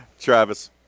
Travis